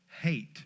hate